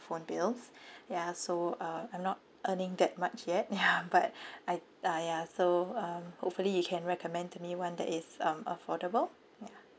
phone bills ya so uh I'm not earning that much yet ya but I'd uh ya so uh hopefully you can recommend to me [one] that is um affordable ya